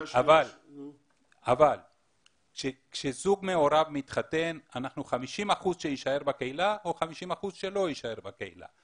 אבל כשזוג מעורב מתחתן 50% שיישאר בקהילה או 50% שלא יישאר בקהילה,